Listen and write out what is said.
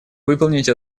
выполнить